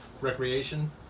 recreation